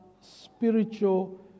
spiritual